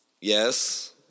Yes